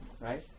Right